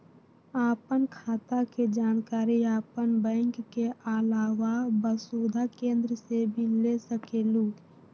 आपन खाता के जानकारी आपन बैंक के आलावा वसुधा केन्द्र से भी ले सकेलु?